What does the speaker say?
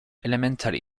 elementary